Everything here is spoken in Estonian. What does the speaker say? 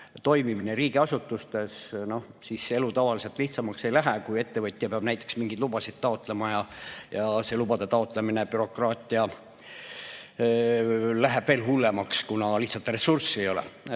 toimimine riigiasutustes, siis elu tavaliselt lihtsamaks ei lähe. Näiteks siis, kui ettevõtja peab mingeid lubasid taotlema ja see lubade taotlemine, bürokraatia läheb veel hullemaks, kuna lihtsalt ressurssi ei ole.